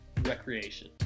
recreation